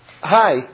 Hi